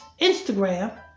Instagram